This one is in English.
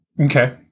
Okay